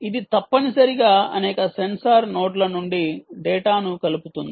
ఇది తప్పనిసరిగా అనేక సెన్సార్ నోడ్ల నుండి డేటాను కలుపుతుంది